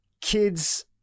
kids